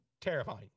terrifying